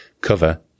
cover